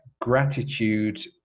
gratitude